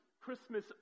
Christmas